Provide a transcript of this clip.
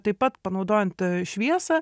taip pat panaudojant šviesą